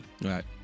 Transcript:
Right